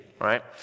right